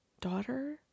daughter